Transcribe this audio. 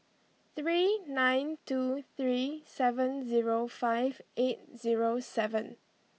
three nine two three seven zero five eight zero seven